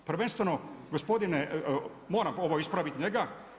Prvenstveno gospodine moram ovo ispravit njega.